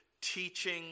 teaching